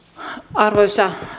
arvoisa